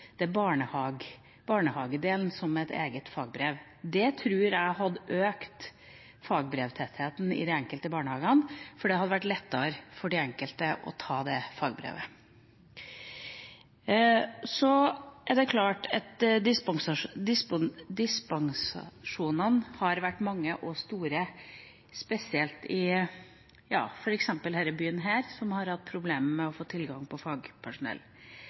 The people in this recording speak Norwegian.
et eget fagbrev. Det tror jeg hadde økt fagbrevtettheten i de enkelte barnehagene, fordi det hadde vært lettere for den enkelte å ta det fagbrevet. Så er det klart at dispensasjonene har vært mange og store, spesielt i f.eks. denne byen, som har hatt problemer med å få tilgang på fagpersonell.